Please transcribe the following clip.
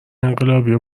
انقلابی